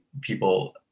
people